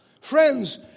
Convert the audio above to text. Friends